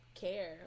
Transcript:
care